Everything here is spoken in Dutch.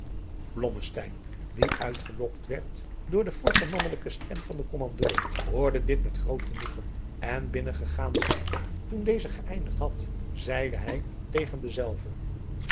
die uitgelokt werd door de forsche mannelijke stem van den kommandeur hoorde dit met groot genoegen en binnen gegaan zijnde toen deze geëindigd adriaan loosjes pzn het leven van johannes wouter blommesteyn had zeide hij tegen denzelven